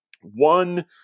one